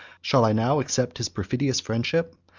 shall i now accept his perfidious friendship?